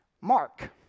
Mark